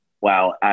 Wow